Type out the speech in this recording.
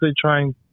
trying